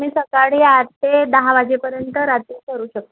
आम्ही सकाळी आठ ते दहा वाजेपर्यंत रात्री करू शकतो